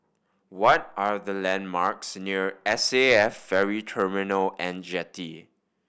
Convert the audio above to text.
what are the landmarks near S A F Ferry Terminal And Jetty